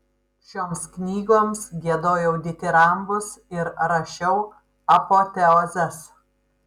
šioms knygoms giedojau ditirambus ir rašiau apoteozes